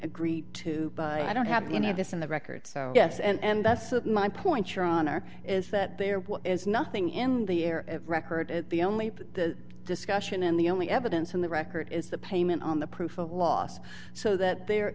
agreed to i don't have any of this in the record so yes and that's my point your honor is that there is nothing in the air record at the only the discussion and the only evidence on the record is the payment on the proof of loss so that there